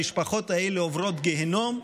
המשפחות האלה עוברות גיהינום,